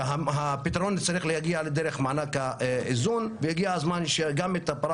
הפתרון צריך להגיע דרך מענק האיזון והגיע הזמן גם את הפרה